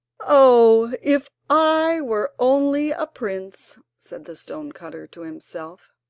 oh, if i were only a prince said the stone-cutter to himself,